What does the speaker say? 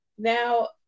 Now